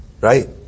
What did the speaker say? right